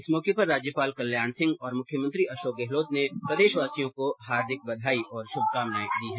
इस मौके पर राज्यपाल कल्याण सिंह मुख्यमंत्री अशोक गहलोत ने प्रदेशवासियों को हार्दिक बधाई और श्रभकामनाएं दी हैं